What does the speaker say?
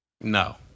No